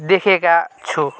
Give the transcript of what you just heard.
देखेका छु